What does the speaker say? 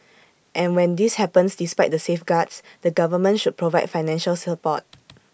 and when this happens despite the safeguards the government should provide financial support